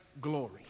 glory